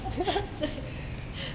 对